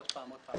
עוד פעם.